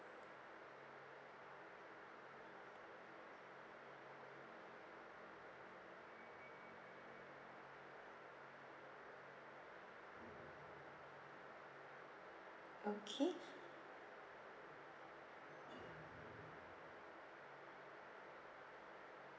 okay